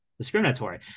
discriminatory